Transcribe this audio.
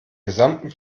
gesamten